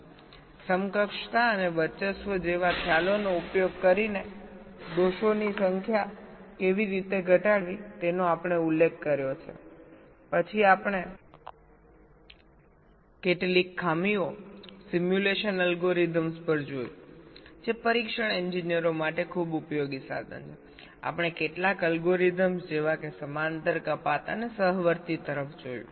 equivalence અને dominance જેવા ખ્યાલોનો ઉપયોગ કરીને દોષોની સંખ્યા કેવી રીતે ઘટાડવી તેનો આપણે ઉલ્લેખ કર્યો છે પછી આપણે કેટલીક ફોલ્ટ સિમ્યુલેશન અલ્ગોરિધમ્સ પર જોયું જે પરીક્ષણ એન્જિનિયરો માટે ખૂબ ઉપયોગી સાધન છે આપણે કેટલાક અલ્ગોરિધમ્સ જેવા કે પેરેલલ ડિડકટીવ અને કોનકરંટ તરફ જોયું